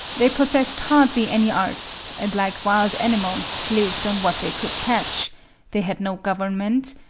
they possessed hardly any arts, and like wild animals lived on what they could catch they had no government,